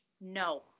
No